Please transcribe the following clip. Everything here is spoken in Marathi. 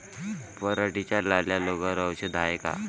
पराटीच्या लाल्या रोगावर औषध हाये का?